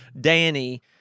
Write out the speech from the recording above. Danny